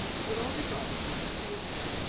the earl regarded him with amazement.